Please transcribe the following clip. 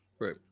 Right